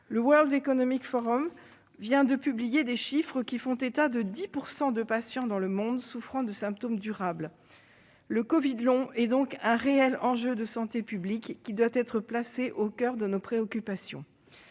Le World Economic Forum vient de publier des chiffres faisant état de 10 % de patients dans le monde souffrant de symptômes durables. Le « covid long » est donc un réel enjeu de santé publique, qui doit être placé au coeur de nos préoccupations.